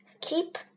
Keep